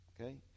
Okay